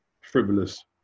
frivolous